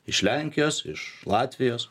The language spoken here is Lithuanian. iš lenkijos iš latvijos